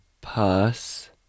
Pass